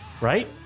right